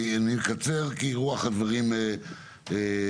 אני מקצר כי רוח הדברים ברורה.